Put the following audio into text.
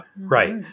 Right